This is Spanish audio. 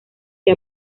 que